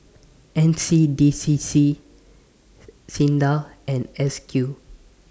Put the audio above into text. N C D C C SINDA and S Q